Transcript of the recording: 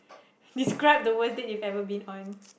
describe the worst date you ever been on